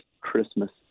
Christmas